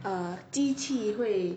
err 机器会